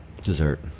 Dessert